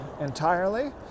entirely